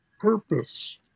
purpose